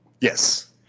Yes